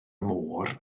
môr